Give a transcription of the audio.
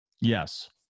yes